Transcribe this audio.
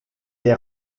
est